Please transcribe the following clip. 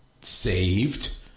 saved